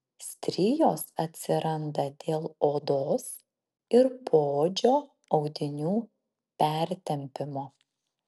strijos atsiranda dėl odos ir poodžio audinių pertempimo